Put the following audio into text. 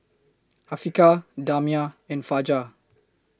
Afiqah Damia and Fajar